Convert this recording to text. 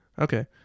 Okay